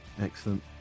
excellent